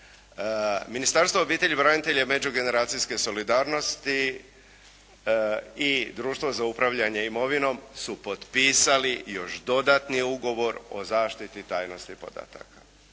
Ministarstvo obitelji, branitelja i međugeneracijske solidarnosti i Društvo za upravljanje imovinom su potpisali još dodatni ugovor o zaštiti tajnosti podataka.